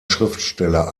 schriftsteller